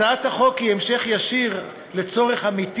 הצעת החוק היא המשך ישיר לצורך אמיתי